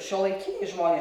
šiuolaikiniai žmonės